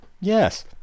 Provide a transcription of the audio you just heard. Yes